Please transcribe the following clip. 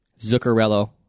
Zuccarello